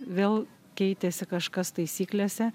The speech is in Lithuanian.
vėl keitėsi kažkas taisyklėse